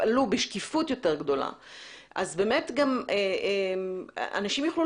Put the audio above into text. תפעלו בשקיפות יותר גדולה אז גם אנשים יוכלו